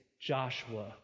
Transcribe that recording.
Joshua